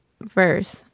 verse